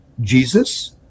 Jesus